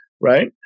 right